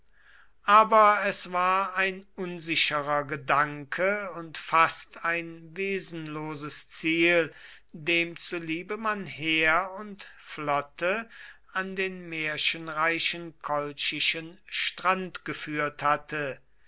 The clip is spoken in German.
aber es war ein unsicherer gedanke und fast ein wesenloses ziel dem zuliebe man heer und flotte an den märchenreichen kolchischen strand geführt hatte